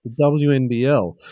WNBL